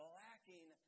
lacking